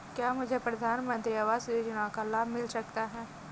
क्या मुझे प्रधानमंत्री आवास योजना का लाभ मिल सकता है?